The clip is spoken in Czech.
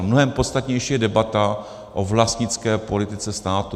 Mnohem podstatnější je debata o vlastnické politice státu.